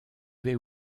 veu